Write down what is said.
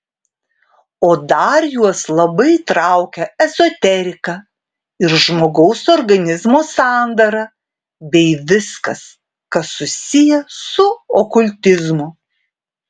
o dar juos labai traukia ezoterika ir žmogaus organizmo sandara bei viskas kas susiję su okultizmu